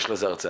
יש לו הרצאה.